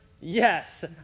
Yes